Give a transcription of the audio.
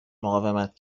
مقاومت